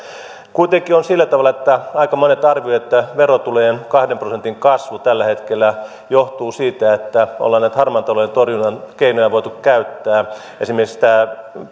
kuitenkin on sillä tavalla että aika monet arvioivat että verotulojen kahden prosentin kasvu tällä hetkellä johtuu siitä että ollaan näitä harmaan talouden torjunnan keinoja voitu käyttää esimerkiksi tämä